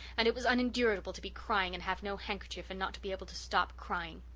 and it was unendurable to be crying and have no handkerchief and not to be able to stop crying!